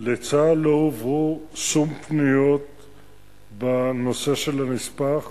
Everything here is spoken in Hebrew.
לצה"ל לא הועברו שום פניות בנושא הנספח